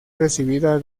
recibida